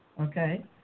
okay